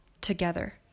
together